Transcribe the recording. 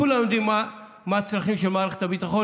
כולם יודעים מה הצרכים של מערכת הביטחון